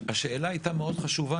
השאלה שלו הייתה חשובה.